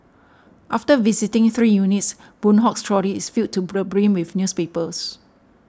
after visiting three units Boon Hock's trolley is filled to brim with newspapers